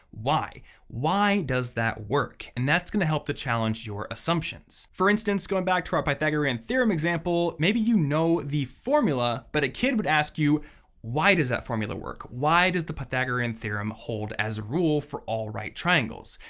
why why does that work? and that's gonna help challenge your assumptions. for instance, going back to our pythagorean theorem example, maybe you know the formula, but a kid would ask you why does that formula work? why does the pythagorean theorem hold as a rule for all right triangles?